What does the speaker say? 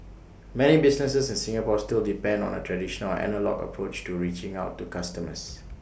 many businesses in Singapore still depend on A traditional or analogue approach to reaching out to customers